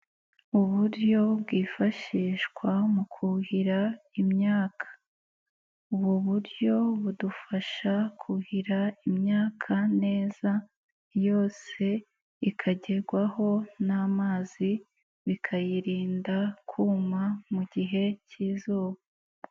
Uburyo bwifashishwa mu kuhira imyaka, ubu buryo budufasha kuhira imyaka neza yose ikagerwaho n'amazi, bikayirinda kuma mu gihe cy'izuba.